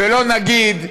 ולא נגיד,